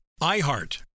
IHEART